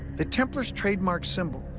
the templars' trademark symbol,